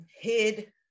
hid